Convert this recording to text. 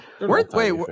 Wait